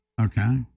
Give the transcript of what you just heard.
Okay